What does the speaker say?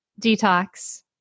detox